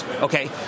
okay